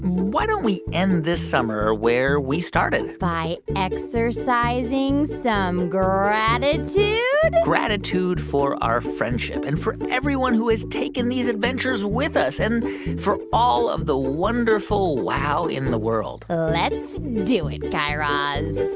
why don't we end this summer where we started? by exercising some gratitude gratitude for our friendship and for everyone who has taken these adventures with us and for all of the wonderful wow in the world. let's do it, guy raz